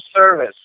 service